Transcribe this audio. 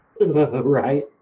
Right